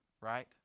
right